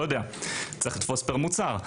צריך לתפוס לפי מוצר.